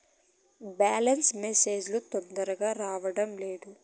Balance message లు తొందరగా రావడం లేదు?